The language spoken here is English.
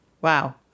wow